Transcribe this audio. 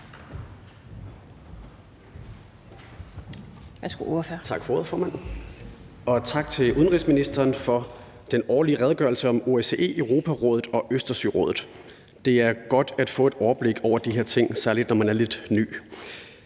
Tak for ordet, formand. Og tak til udenrigsministeren for den årlige redegørelse om OSCE, Europarådet og Østersørådet. Det er godt at få et overblik over de her ting, særlig når man er lidt ny.